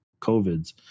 COVIDs